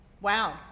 Wow